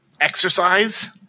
exercise –